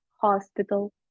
hospital